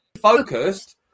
focused